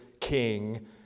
King